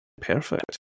perfect